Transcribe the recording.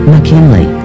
McKinley